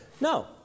No